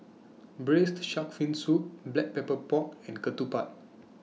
Braised Shark Fin Soup Black Pepper Pork and Ketupat